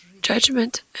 judgment